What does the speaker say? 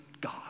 God